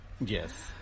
yes